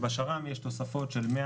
בשר" יש תוספות של 100,